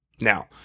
Now